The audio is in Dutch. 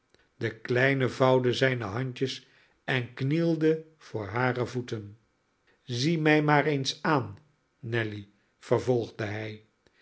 de kleine vouwde zijne handjes en knielde voor hare voeten zie mij maar eens aan nelly vervolgde hij